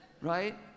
right